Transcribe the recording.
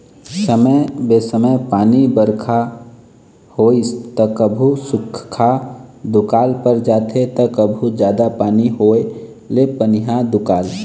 समे बेसमय पानी बरखा होइस त कभू सुख्खा दुकाल पर जाथे त कभू जादा पानी होए ले पनिहा दुकाल